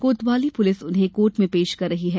कोतवाली पुलिस उन्हें कोर्ट में पेश कर रही है